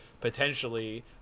potentially